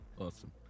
Awesome